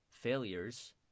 failures